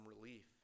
relief